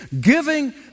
giving